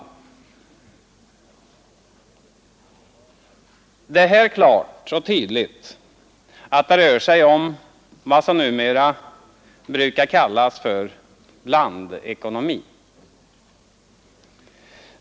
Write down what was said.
Det är här klart och tydligt att det rör sig om vad som numera brukar kallas för ”blandekonomi”.